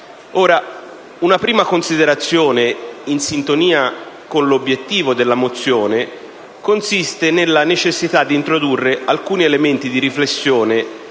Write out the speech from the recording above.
Ora, una prima considerazione, in sintonia con l'obiettivo della mozione, consiste nella necessità di introdurre alcuni elementi di riflessione